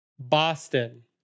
Boston